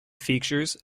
features